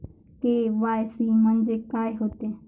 KYC म्हंनजे का होते?